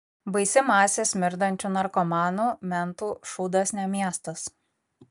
baisi masė smirdančių narkomanų mentų šūdas ne miestas